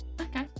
Okay